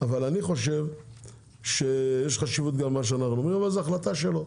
אבל אני חושב שיש חשיבות גם למה שאנחנו אומרים אבל זה החלטה שלו,